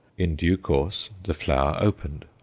in due course the flower opened,